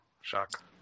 Shock